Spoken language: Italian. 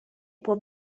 può